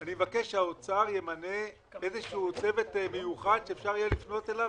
אני מבקש שהאוצר ימנה איזשהו צוות מיוחד שאפשר יהיה לפנות אליו,